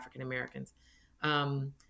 African-Americans